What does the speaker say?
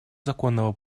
законного